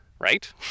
Right